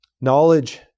Knowledge